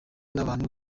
nabantu